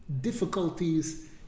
difficulties